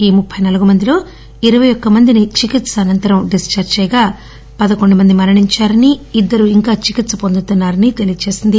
ఈ ముప్పై నాలుగు మందిలో ఇరపై ఒక్క మంది చికిత్స అనంతరం డిశ్చార్జ్ చేయగా పదకొండు మంది మరణించారని ఇద్దరు ఇంకా చికిత్స వొందుతున్నారని తెలియచేసింది